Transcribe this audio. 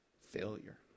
failure